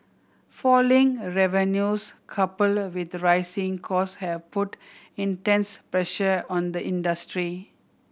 falling revenues coupled with rising cost have put intense pressure on the industry